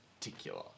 particular